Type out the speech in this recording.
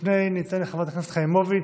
לפני כן ניתן לחברת הכנסת חיימוביץ'.